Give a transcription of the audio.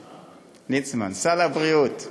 ליצמן, סל הבריאות,